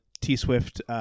T-Swift